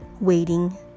waiting